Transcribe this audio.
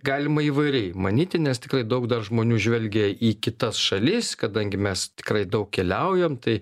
galima įvairiai manyti nes tikrai daug dar žmonių žvelgia į kitas šalis kadangi mes tikrai daug keliaujam tai